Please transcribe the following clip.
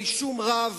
בלי שום רב